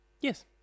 Yes